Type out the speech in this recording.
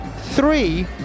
three